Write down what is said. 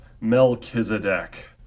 Melchizedek